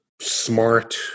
smart